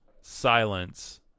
silence